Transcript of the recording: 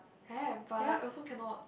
have but like also cannot